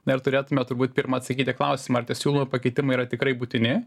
na ir turėtume turbūt pirma atsakyti į klausimą ar tie siūlomi pakeitimai yra tikrai būtini